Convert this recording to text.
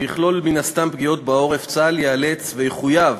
שיכלול מן הסתם פגיעות בעורף, צה"ל ייאלץ ויחויב